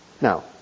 now